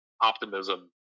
optimism